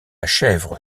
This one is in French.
chèvre